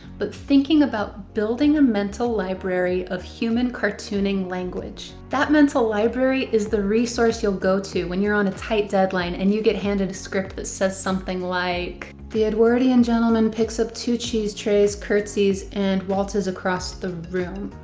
but thinking about building a mental library of human cartooning language. that mental library is the resource you'll go to when you're on a tight deadline and you get handed a script that says something like, the edwardian gentleman picks up two cheese trays, curtsies, and waltzes across the room.